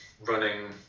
running